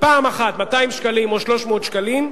פעם אחת 200 שקלים או 300 שקלים,